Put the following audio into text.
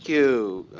you,